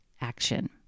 action